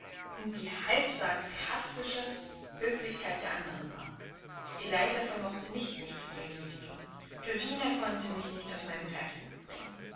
die halbsarkastische höflichkeit der andern war eliza vermochte nicht mich zu demütigen georgina konnte mich nicht aus meinem gleichmut bringen